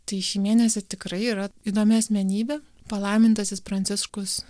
tai šį mėnesį tikrai yra įdomi asmenybė palaimintasis pranciškus